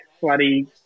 bloody